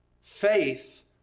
Faith